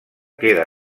queda